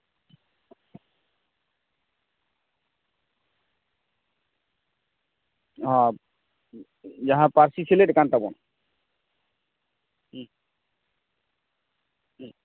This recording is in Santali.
ᱟᱨ ᱡᱟᱦᱟᱸ ᱯᱟᱹᱨᱥᱤ ᱥᱮᱞᱮᱫ ᱠᱟᱱ ᱛᱟᱵᱚᱱ ᱦᱩᱸ ᱦᱩᱸ